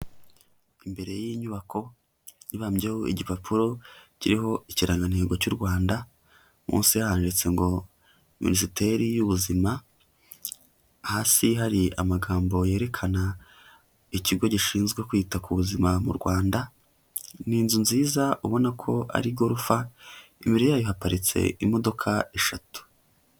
Imbere y'inyubako ibambyeho igipapuro kiriho ikirangantego cy'u Rwanda, munsi handitse ngo Minisiteri y'Ubuzima. Hasi hari amagambo yerekana ikigo gishinzwe kwita ku buzima mu Rwanda. Ni inzu nziza ubona ko ari igorofa, imbere yayo haparitse imodoka eshatu.